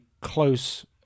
close